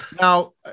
Now